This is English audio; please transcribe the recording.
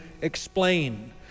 explain